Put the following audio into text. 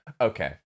Okay